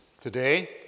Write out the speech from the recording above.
today